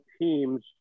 teams